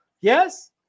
Yes